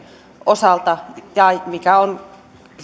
osalta ja